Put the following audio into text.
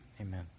Amen